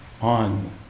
on